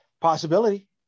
Possibility